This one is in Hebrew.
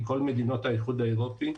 מכל מדינות האיחוד האירופי,